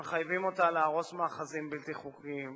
שמחייבות אותה להרוס מאחזים בלתי חוקיים,